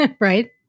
right